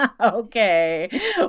Okay